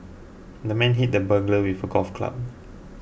the man hit the burglar with a golf club